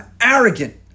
arrogant